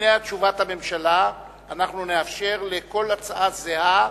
לפני תשובת הממשלה אנחנו נאפשר לכל הצעה זהה,